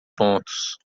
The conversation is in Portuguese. pontos